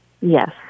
Yes